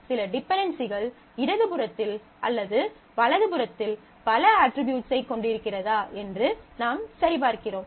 சில டிபென்டென்சிகள் இடது புறத்தில் அல்லது வலது புறத்தில் பல அட்ரிபியூட்ஸைக் கொண்டிருக்கிறதா என்று நாம் சரிபார்க்கிறோம்